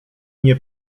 nie